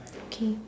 K